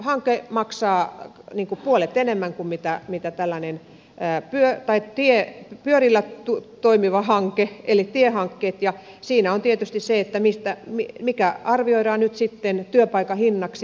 ratahanke maksaa puolet enemmän kuin tällainen kääpiö tai tie ja jari pyörillä toimiva hanke eli tiehankkeet ja siinä on tietysti se että mikä arvioidaan nyt sitten työpaikan hinnaksi